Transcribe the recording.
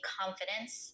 confidence